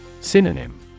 Synonym